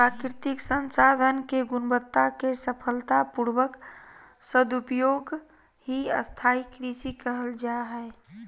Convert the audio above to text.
प्राकृतिक संसाधन के गुणवत्ता के सफलता पूर्वक सदुपयोग ही स्थाई कृषि कहल जा हई